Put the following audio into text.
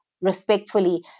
Respectfully